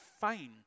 fine